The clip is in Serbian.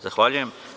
Zahvaljujem.